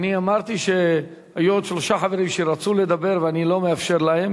אני אמרתי שהיו עוד שלושה חברים שרצו לדבר ואני לא מאפשר להם,